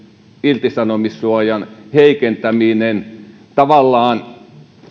irtisanomissuojan heikentäminen tavallaan